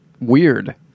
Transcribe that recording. weird